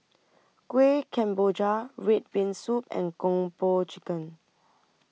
Kueh Kemboja Red Bean Soup and Kung Po Chicken